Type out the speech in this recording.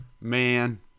Man